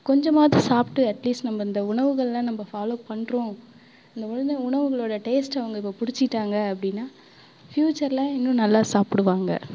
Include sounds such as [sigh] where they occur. கொஞ்சமாவது சாப்பிட்டு அட்லீஸ்ட் நம்ப இந்த உணவுகள் எல்லாம் நம்ப ஃபாலோ பண்ணுறோம் [unintelligible] வந்து உணவுகளோட டேஸ்ட்டு அவங்க இப்போ பிடிச்சிட்டாங்க அப்படினா ஃப்யூச்சரில் இன்னும் நல்லா சாப்பிடுவாங்க